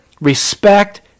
respect